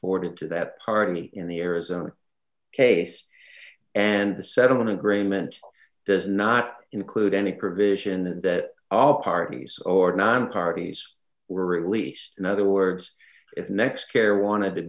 afforded to that party in the arizona case and the settlement agreement does not include any provision that all parties or non parties were released in other words if the next care wanted to